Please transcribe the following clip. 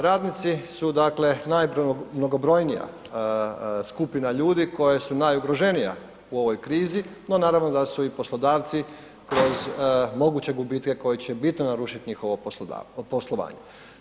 Radnici su dakle najmnogobrojnija skupina ljudi koja su najugroženija u ovoj krizi no naravno da su i poslodavci kroz moguće gubitke koji će bit ne narušit njihovo poslovanje.